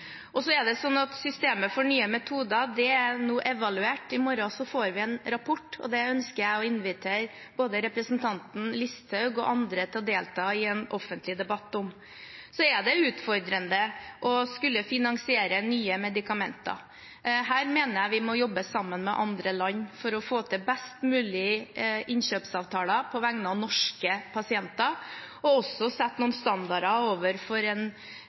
Systemet for nye metoder er nå evaluert. I morgen får vi en rapport, og den ønsker jeg å invitere både representanten Listhaug og andre til å delta i en offentlig debatt om. Det er utfordrende å skulle finansiere nye medikamenter. Jeg mener vi må jobbe sammen med andre land for å få til best mulig innkjøpsavtaler på vegne av norske pasienter og også sette noen standarder overfor en